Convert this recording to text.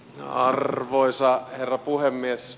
arvoisa herra puhemies